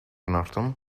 norton